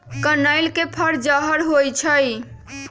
कनइल के फर जहर होइ छइ